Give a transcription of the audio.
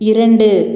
இரண்டு